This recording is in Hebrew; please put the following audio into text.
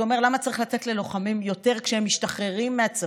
שאומרת למה צריך לתת ללוחמים יותר כשהם משתחררים מהצבא.